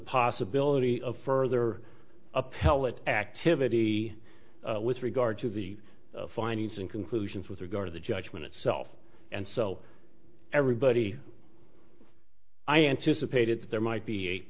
possibility of further appellate activity with regard to the findings and conclusions with regard to the judgment itself and so everybody i anticipated that there might be a